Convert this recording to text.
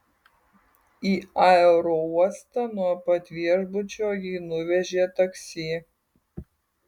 į aerouostą nuo pat viešbučio jį nuvežė taksi